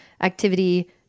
activity